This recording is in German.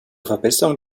verbesserung